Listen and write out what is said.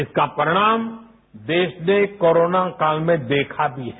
इसका परिणाम देश ने कोरोना काल में देखा भी है